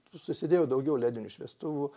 susidėjo daugiau ledinių šviestuvų